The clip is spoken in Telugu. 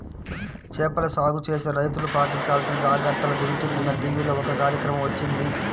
చేపల సాగు చేసే రైతులు పాటించాల్సిన జాగర్తల గురించి నిన్న టీవీలో ఒక కార్యక్రమం వచ్చింది